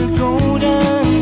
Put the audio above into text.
golden